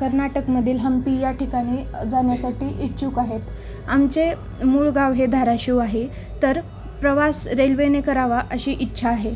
कर्नाटकमधील हंपी या ठिकाणी जाण्यासाठी इच्छुक आहोत आमचे मूळगाव हे धाराशिव आहे तर प्रवास रेल्वेने करावा अशी इच्छा आहे